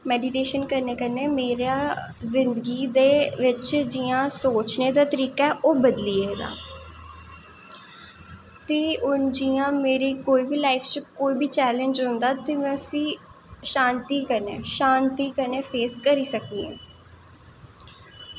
meditation करने कन्नै मेरे जिन्दगी दे बिच जि'यां सोचने दा तरीका ऐ ओह् बदली गेदा ते हून जि'यां मेरी कोई बी लाइफ च कोई बी चैलेंज औंदा ते में उसी शांति कन्नै शांति कन्नै फेस करी सकनी आं